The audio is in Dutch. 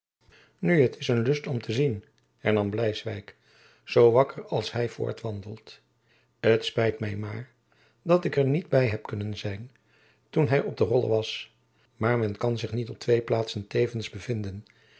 t is een lust om te zien hernam bleiswijck zoo wakker als hy voort wandelt t spijt my maar dat ik er niet by heb kunnen zijn toen hy op de rolle jacob van lennep elizabeth musch was maar men kan zich niet op twee plaatsen tevens bevinden